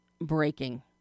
breaking